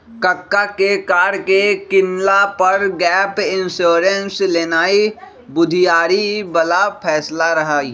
कक्का के कार के किनला पर गैप इंश्योरेंस लेनाइ बुधियारी बला फैसला रहइ